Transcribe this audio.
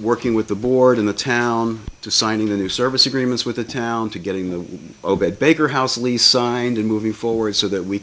working with the board in the town to signing the new service agreements with the town to getting the obod baker house lease signed and moving forward so that we